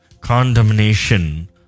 condemnation